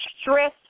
stress